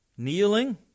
Kneeling